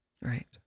right